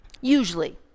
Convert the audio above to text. usually